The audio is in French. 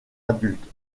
adultes